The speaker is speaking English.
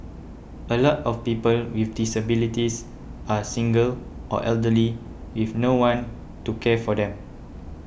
a lot of people with disabilities are single or elderly with no one to care for them